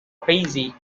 crazy